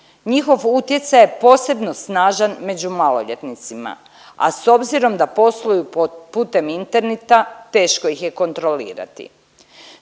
Njihov utjecaj je posebno snažan među maloljetnicima, a s obzirom da posluju putem interneta teško ih je kontrolirati.